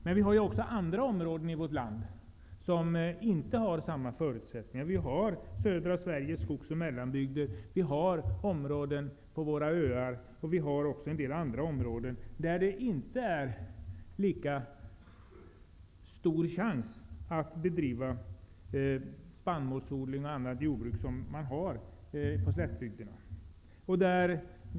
Det finns områden i vårt land där man inte har samma förutsättningar som på slättbygderna att bedriva spannmålsodling och annat jordbruk, t.ex. södra Sveriges skogs och mellanbygder, områden på våra öar och en del andra områden.